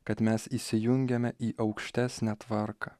kad mes įsijungiame į aukštesnę tvarką